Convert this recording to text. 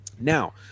Now